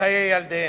וחיי ילדיהן.